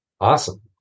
Awesome